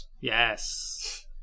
Yes